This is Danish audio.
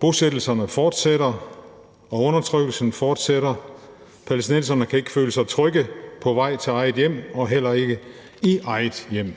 Bosættelserne fortsætter, og undertrykkelsen fortsætter. Palæstinenserne kan ikke føle sig trygge på vej til eget hjem og heller ikke i eget hjem.